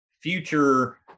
future